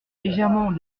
légèrement